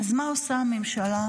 אז מה עושה הממשלה?